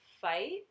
fight